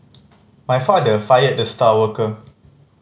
my father fired the star worker